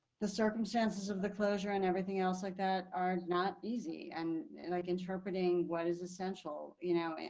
the circumstances of the closure and everything else like that are not easy and like interpreting what is essential. you know,